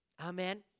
Amen